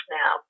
now